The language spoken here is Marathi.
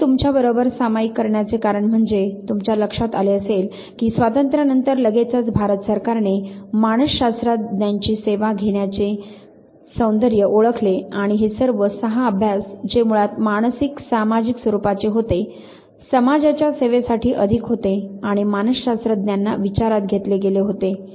मी हे तुमच्याबरोबर हे सामायिक करण्याचे कारण म्हणजे तुमच्या लक्षात आले असेल की स्वातंत्र्या नंतर लगेचच भारत सरकारने मानस शास्त्रज्ञांची सेवा घेण्याचे सौंदर्य ओळखले आणि हे सर्व 6 अभ्यास जे मुळात मानसिक सामाजिक स्वरूपाचे होते समाजाच्या सेवेसाठी अधिक होते आणि मानस शास्त्रज्ञांना विचारात घेतले गेले होते